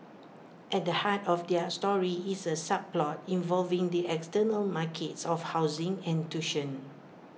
at the heart of their story is A subplot involving the external markets of housing and tuition